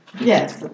Yes